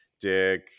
Dick